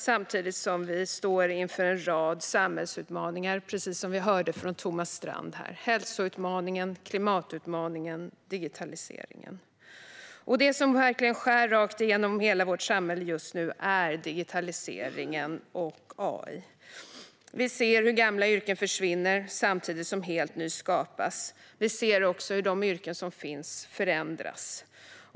Samtidigt står vi inför en rad samhällsutmaningar, precis som vi hörde från Thomas Strand: hälsoutmaningen, klimatutmaningen och digitaliseringen. Det som verkligen skär rakt igenom hela vårt samhälle just nu är digitaliseringen och AI. Vi ser hur gamla yrken försvinner samtidigt som helt nya skapas. Vi ser också hur de yrken som finns förändras.